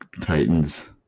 Titans